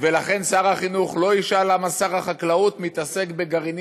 אינו נוכח יעקב מרגי,